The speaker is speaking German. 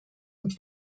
und